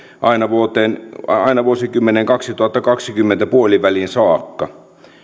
aina vuosikymmenen kaksituhattakaksikymmentä puoliväliin saakka